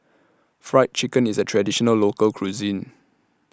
Fried Chicken IS A Traditional Local Cuisine